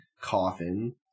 coffin